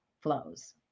flows